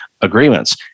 agreements